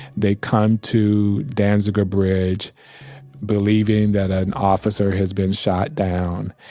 they come to danziger bridge believing that an officer has been shot down.